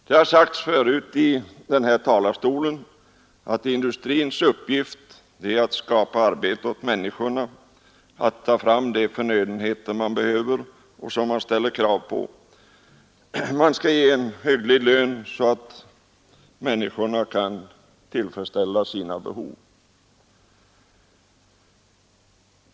Det har sagts förut i denna talarstol att industrins uppgift är att skapa arbete åt människorna till en hygglig lön och att ta fram de förnödenheter som människorna ställer krav på, så att de kan tillfredsställa sina behov av varor etc.